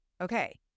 Okay